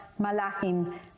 malachim